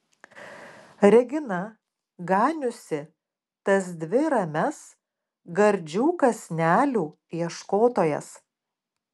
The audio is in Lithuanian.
regina ganiusi tas dvi ramias gardžių kąsnelių ieškotojas